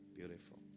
Beautiful